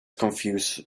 confuse